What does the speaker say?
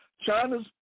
China's